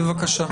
בבקשה.